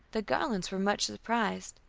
the garlands were much surprised,